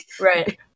Right